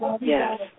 Yes